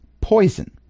poison